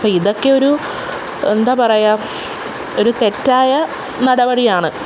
അപ്പോള് ഇതൊക്കെ ഒരു എന്താണു പറയുക ഒരു തെറ്റായ നടപടിയാണ്